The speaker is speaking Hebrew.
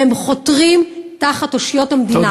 והם חותרים תחת אושיות המדינה.